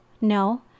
No